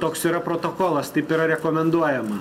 toks yra protokolas taip yra rekomenduojama